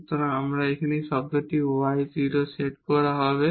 সুতরাং এখানে এই শব্দটি কি y 0 সেট করা হবে